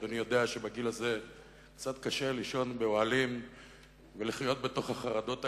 אדוני יודע שבגיל הזה קצת קשה לישון באוהלים ולחיות בתוך החרדות האלה.